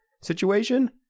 situation